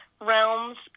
realms